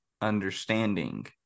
understanding